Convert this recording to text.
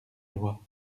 loi